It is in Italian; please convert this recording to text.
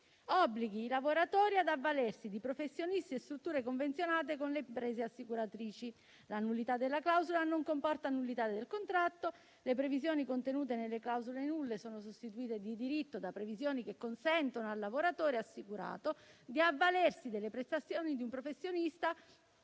obbliga i lavoratori ad avvalersi di professionisti e strutture convenzionate con le imprese assicuratrici. La nullità della clausola non comporta la nullità del contratto. Le previsioni contenute nelle clausole nulle sono sostituite di diritto da previsioni che consentono al lavoratore assicurato di avvalersi delle prestazioni di un professionista